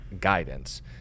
guidance